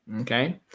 Okay